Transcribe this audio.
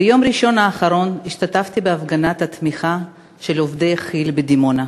ביום ראשון האחרון השתתפתי בהפגנת התמיכה של עובדי כי"ל בדימונה.